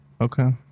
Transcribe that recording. Okay